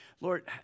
Lord